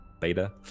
Beta